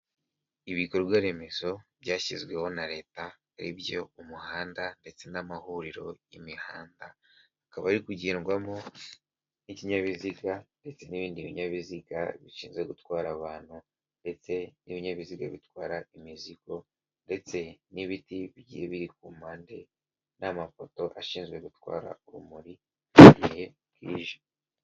Ibikorwa remezo byashyizweho na leta aribyo umuhanda, ndetse n'amahuriro imihanda, akaba ari kugendwamo n'ikinyabiziga ndetse n'ibindi binyabiziga bishinzwe gutwara abantu ndetse n'ibinyabiziga bitwara imizigo ndetse n'ibiti bigiye biri ku mpande n'amapoto ashinzwe gutwara urumuri mu gihe bwije.